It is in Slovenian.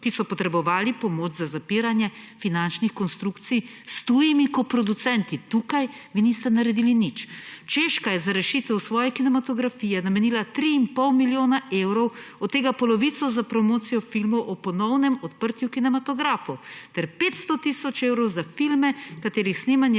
ki so potrebovali pomoč za zapiranje finančnih konstrukcij s tujimi koproducenti. Tukaj vi niste naredili nič. Češka je za rešitev svoje kinematografije namenila 3,5 milijona evrov, od tega polovico za promocijo filmov ob ponovnem odprtju kinematografov ter 500 tisoč evrov za filme, katerih snemanje